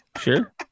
Sure